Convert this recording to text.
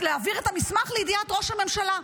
להעביר את המסמך לידיעת ראש הממשלה,